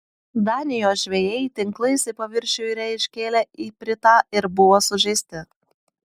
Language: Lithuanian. danijos žvejai tinklais į paviršių yra iškėlę ipritą ir buvo sužeisti